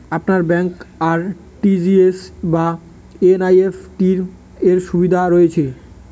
আপনার ব্যাংকে আর.টি.জি.এস বা এন.ই.এফ.টি র সুবিধা রয়েছে?